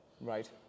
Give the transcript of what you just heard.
Right